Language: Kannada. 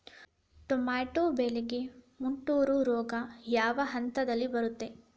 ಟೊಮ್ಯಾಟೋ ಬೆಳೆಗೆ ಮುಟೂರು ರೋಗ ಯಾವ ಹಂತದಲ್ಲಿ ಬರುತ್ತೆ?